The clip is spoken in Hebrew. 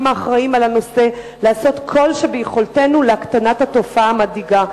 האחראים על הנושא לעשות כל שביכולתנו להקטנת התופעה המדאיגה.